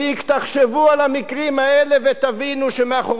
תחשבו על המקרים האלה ותבינו שמאחורי כל